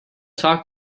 talk